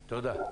תודה.